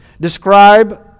Describe